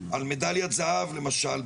על מדליית זהב למשל,